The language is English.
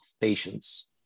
patients